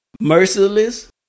merciless